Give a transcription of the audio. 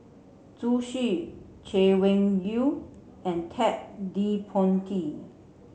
Zhu Xu Chay Weng Yew and Ted De Ponti